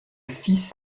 fils